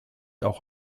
auch